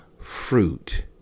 fruit